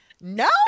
No